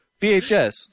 VHS